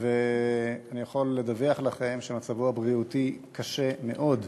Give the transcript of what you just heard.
ואני יכול לדווח לכם שמצבו הבריאותי קשה מאוד.